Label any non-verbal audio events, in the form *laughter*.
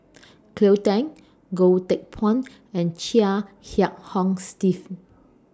*noise* Cleo Thang Goh Teck Phuan and Chia Kiah Hong Steve